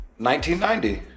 1990